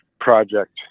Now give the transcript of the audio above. project